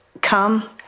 come